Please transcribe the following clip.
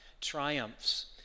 triumphs